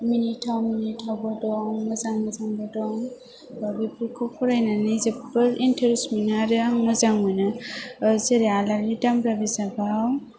मिनिथाव मिनिथावबो दं मोजां मोजांबो दं दा बेफोरखौ फरायनानै जोबोर इन्टारेस्ट मोनो आरो आं मोजां मोनो जेरै आलारि दामब्रा बिजाबाव